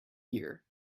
year